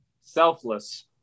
Selfless